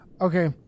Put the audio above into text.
Okay